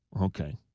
okay